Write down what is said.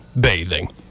bathing